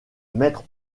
maître